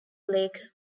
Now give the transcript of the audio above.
blake